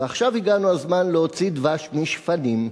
ועכשיו הגענו לזמן להוציא דבש משפנים.